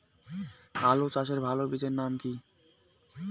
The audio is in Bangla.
আলু চাষের ভালো বীজের নাম কি?